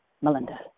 Melinda